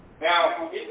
Now